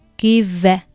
give